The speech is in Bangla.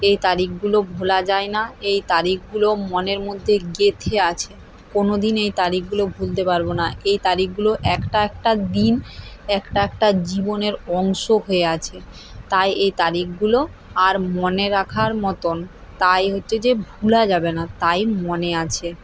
এই তারিকগুলো ভোলা যায় না এই তারিকগুলো মনের মধ্যে গেঁথে আছে কোনদিন এই তারিকগুলো ভুলতে পারব না এই তারিকগুলো একটা একটা দিন একটা একটা জীবনের অংশ হয়ে আছে তাই এই তারিকগুলো আর মনে রাখার মতন তাই হচ্ছে যে ভোলা যাবে না তাই মনে আছে